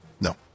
No